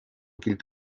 gilt